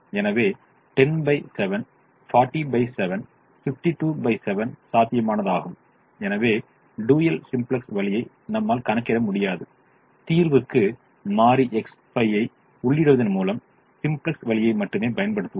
எனவே 107 407 527 சாத்தியமானதாகும் எனவே டூயல் சிம்ப்ளக்ஸ் வழியை நம்மால் கணக்கிட முடியாது தீர்வுக்கு மாறி X5 ஐ உள்ளிடுவதன் மூலம் சிம்ப்ளக்ஸ் வழியை மட்டுமே பயன்படுத்துவோம்